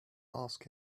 ask